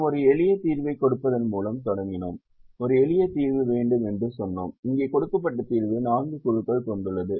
நாம் ஒரு எளிய தீர்வைக் கொடுப்பதன் மூலம் தொடங்கினோம் ஒரு எளிய தீர்வு வேண்டும் என்று சொன்னோம் இங்கே கொடுக்கப்பட்ட தீர்வு 4 குழுக்களைக் கொண்டுள்ளது